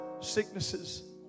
sicknesses